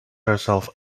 herself